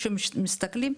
מסתכלים,